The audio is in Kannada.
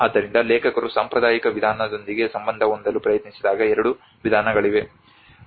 ಆದ್ದರಿಂದ ಲೇಖಕರು ಸಾಂಪ್ರದಾಯಿಕ ವಿಧಾನದೊಂದಿಗೆ ಸಂಬಂಧ ಹೊಂದಲು ಪ್ರಯತ್ನಿಸಿದಾಗ ಎರಡು ವಿಧಾನಗಳಿವೆ